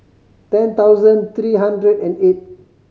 ten thousand three hundred and eight